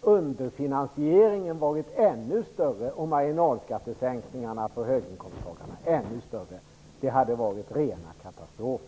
underfinansieringen varit ännu större och marginalskattesänkningarna för höginkomsttagarna ännu större. Det hade varit rena katastrofen.